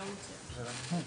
זה לא מוציא.